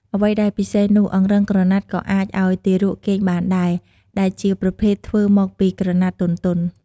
អ្វីដែលពិសេសនោះអង្រឹងក្រណាត់ក៏អាចអោយទារកគេងបានដែរ ដែលជាប្រភេទធ្វើមកពីក្រណាត់ទន់ៗ ។